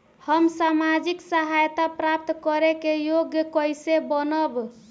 हम सामाजिक सहायता प्राप्त करे के योग्य कइसे बनब?